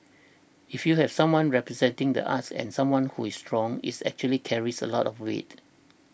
if you have someone representing the arts and someone who is strong is actually carries a lot of weight